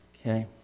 Okay